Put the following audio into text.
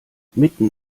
mitten